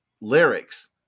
lyrics